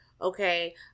okay